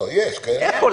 איפה?